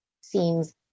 seems